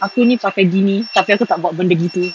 aku ni pakai gini tapi aku tak buat benda gitu